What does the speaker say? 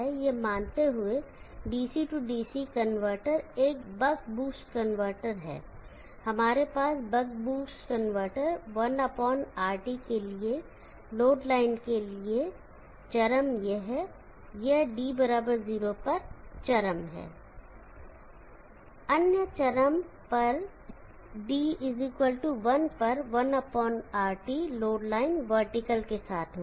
यह मानते हुए DC DC कनवर्टर एक बक बूस्ट कनवर्टर है हमारे पास बक बूस्ट कनवर्टर 1RT के लिए लोड लाइन के लिए चरम है यह d 0 पर चरम है अन्य चरम पर d1 पर 1RT लोड लाइन वर्टिकल के साथ होगी